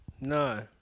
no